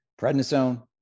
prednisone